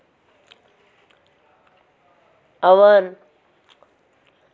oven